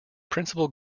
principal